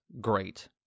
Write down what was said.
great